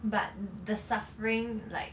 but the suffering like